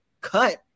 cut